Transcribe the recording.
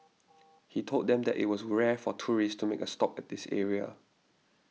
he told them that it was rare for tourists a stop at this area